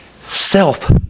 self